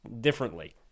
differently